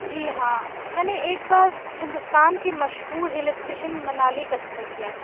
جی ہاں میں نے ایک بار ہندوستان کے مشہور ہل اسٹیشن منالی کا سفر کیا تھا